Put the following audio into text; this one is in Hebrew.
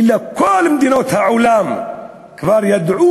אלא כל מדינות העולם כבר יודעות